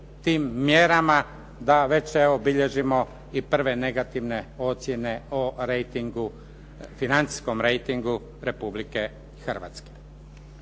tim mjerama da već evo, bilježimo i prve negativne ocjene o rejtingu, financijskom rejtingu Republike Hrvatske.